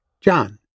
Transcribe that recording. John